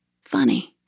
Funny